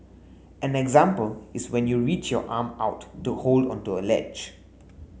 an example is when you reach your arm out to hold onto a ledge